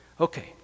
Okay